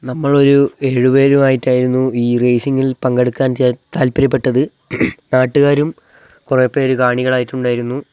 നമ്മളൊരു ഏഴ് പേരുവായിട്ടായിരുന്നു ഈ റേയ്സിങ്ങിൽ പങ്കെടുക്കാൻ താല്പര്യപ്പെട്ടത് നാട്ടുകാരും കുറേ പേര് കാണികളായിട്ടുണ്ടായിരുന്നു